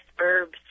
Herbs